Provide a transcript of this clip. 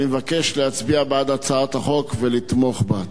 אני מבקש להצביע בעד הצעת החוק ולתמוך בה.